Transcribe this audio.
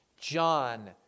John